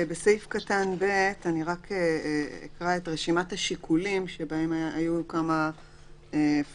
בסעיף קטן (ב) רק אקרא את רשימת השיקולים שבה היו כמה fine-tuning.